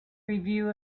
review